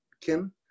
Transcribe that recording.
Kim